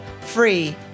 free